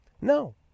No